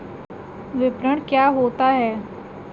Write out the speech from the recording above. विपणन क्या होता है?